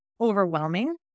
overwhelming